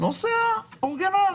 נוסע אורגינל.